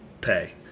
pay